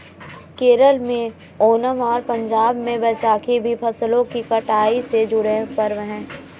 केरल में ओनम और पंजाब में बैसाखी भी फसलों की कटाई से जुड़े पर्व हैं